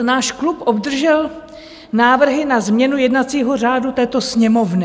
Náš klub obdržel návrhy na změnu jednacího řádu této Sněmovny.